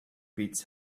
beats